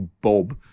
Bob